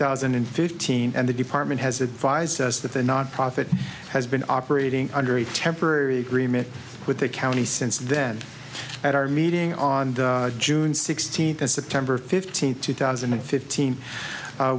thousand and fifteen and the department has advised us that the nonprofit has been operating under a temporary agreement with the county since then at our meeting on june sixteenth of september fifteenth two thousand and fifteen